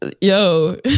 Yo